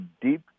deep